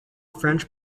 french